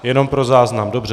Jenom pro záznam, dobře.